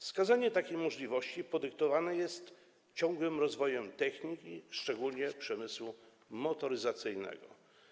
Wskazanie takiej możliwości podyktowane jest ciągłym rozwojem techniki, szczególnie przemysłu motoryzacyjnego.